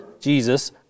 Jesus